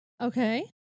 okay